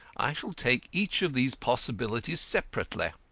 i shall take each of these possibilities separately.